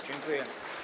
Dziękuję.